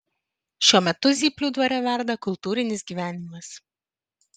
šiuo metu zyplių dvare verda kultūrinis gyvenimas